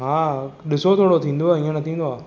हां ॾिसो थोरो थींदो ईअं न थींदो आहे